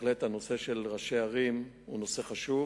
הנושא של ראשי ערים הוא בהחלט נושא חשוב